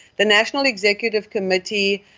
the national executive committee,